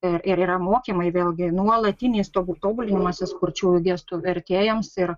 ir ir yra mokymai vėlgi nuolatiniai tobulinimasis kurčiųjų gestų vertėjams ir